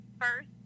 first